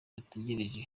bategereje